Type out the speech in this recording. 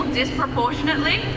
disproportionately